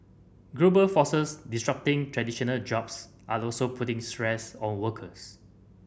global forces disrupting traditional jobs are also putting stress on workers